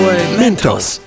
Mentos